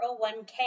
401k